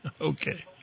Okay